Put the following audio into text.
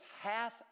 half